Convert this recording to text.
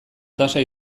tasa